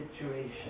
situation